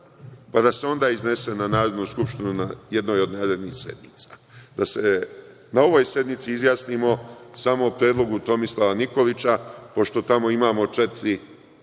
pa da se onda iznese na Narodnu skupštinu, na jednoj od sednica. Da se na ovoj sednici izjasnimo samo o predlogu Tomislava Nikolića, pošto tamo imamo četiri